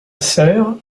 sœur